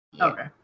Okay